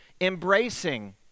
embracing